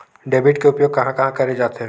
Debit के उपयोग कहां कहा करे जाथे?